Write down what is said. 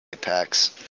packs